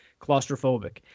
claustrophobic